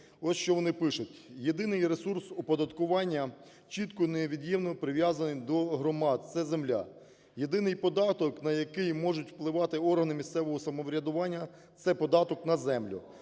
Ось, що вони пишуть.